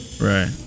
right